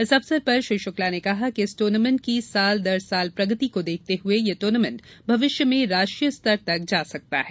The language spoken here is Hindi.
इस अवसर पर श्री शुक्ला ने कहा कि इस ट्र्नामेंट की साल दर साल प्रगति को देखते हुए यह टूर्नामेण्ट भविष्य में राष्ट्रीय स्तर तक जा सकता है